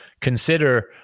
consider